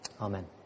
Amen